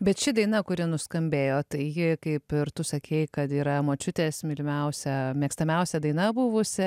bet ši daina kuri nuskambėjo tai ji kaip ir tu sakei kad yra močiutės mylimiausia mėgstamiausia daina buvusi